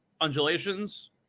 undulations